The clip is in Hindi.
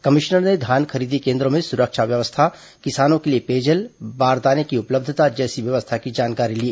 कमिश्नर ने धान खरीदी केन द्र ों में सुरक्षा व्यवस्था किसानों के लिये पेयजल बारदाने की उपलब्धता जैसी व्यवस्था की जानकारी ली